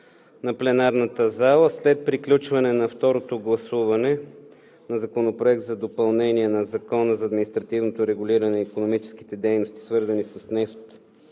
на пленарната зала: след приключване на второто гласуване на Законопроекта за допълнение на Закона за административното регулиране на икономическите дейности, свързани с нефт